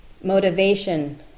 motivation